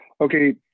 okay